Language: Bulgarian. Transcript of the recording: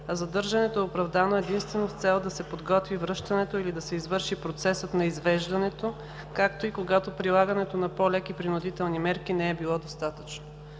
а задържането е оправдано единствено с цел да се подготви връщането или да се извърши процесът на извеждането, както и когато прилагането на по-леки принудителни мерки не би било достатъчно.